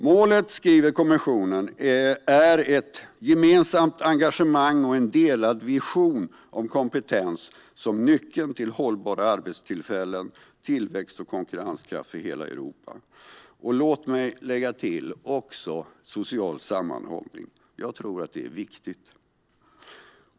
Målet, skriver kommissionen, är ett gemensamt engagemang och en delad vision om kompetens som nyckeln till hållbara arbetstillfällen, tillväxt och konkurrenskraft för hela Europa. Låt mig också lägga till social sammanhållning - jag tror att det är viktigt.